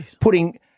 Putting